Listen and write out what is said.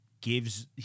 gives